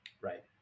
Right